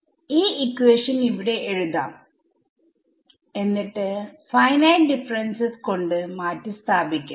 ഈ equation ഇവിടെ എഴുതാം എന്നിട്ട് ഫൈനൈറ്റ് ഡിഫറെൻസസ് കൊണ്ട് മാറ്റിസ്ഥാപിക്കാം